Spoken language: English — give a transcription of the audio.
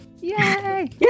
Yay